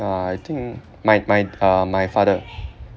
uh I think my my uh my father